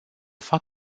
fac